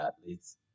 athletes